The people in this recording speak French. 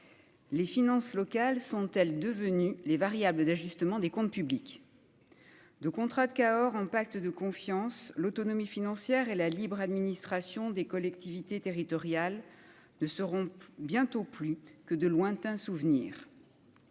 les finances locales sont-elles devenues les variables d'ajustement des comptes publics de contrat de Cahors, un pacte de confiance l'autonomie financière et la libre administration des collectivités territoriales deux seront bientôt plus que de lointains souvenirs.